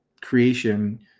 creation